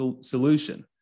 solution